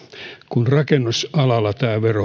kun rakennusalalla